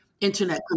internet